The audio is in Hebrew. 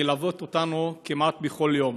מלוות אותנו כמעט בכל יום.